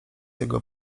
jego